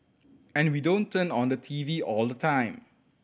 and we don't turn on the T V all the time